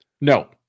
No